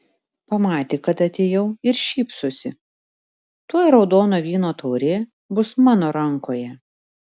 pamatė kad atėjau ir šypsosi tuoj raudono vyno taurė bus mano rankoje